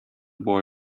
boy